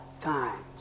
times